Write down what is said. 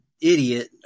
idiot